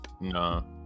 No